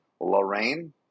Lorraine